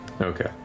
Okay